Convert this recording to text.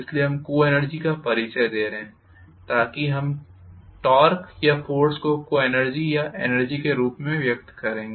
इसलिए हम को एनर्जी का परिचय दे रहे हैं ताकि हम टॉर्क या फोर्स को को एनर्जी या एनर्जी के रूप में व्यक्त करेंगे